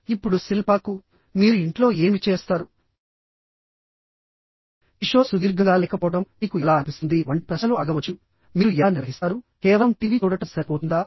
ఇప్పుడు శిల్పాకు మీరు ఇంట్లో ఏమి చేస్తారు కిషోర్ సుదీర్ఘంగా లేకపోవడం మీకు ఎలా అనిపిస్తుంది వంటి ప్రశ్నలు అడగవచ్చు మీరు ఎలా నిర్వహిస్తారు కేవలం టీవీ చూడటం సరిపోతుందా